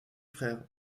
frère